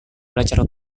belajar